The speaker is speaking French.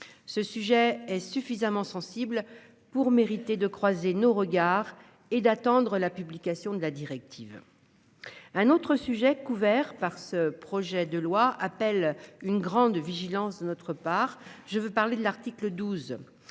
Ce sujet est suffisamment sensible pour mériter de croiser nos regards et d'attendre la publication de la directive. Un autre sujet couverts par ce projet de loi appelle une grande vigilance de notre part, je veux parler de l'article 12,